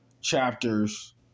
chapters